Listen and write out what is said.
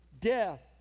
death